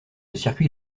circuit